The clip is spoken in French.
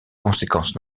conséquences